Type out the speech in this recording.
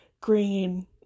green